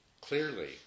clearly